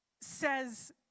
says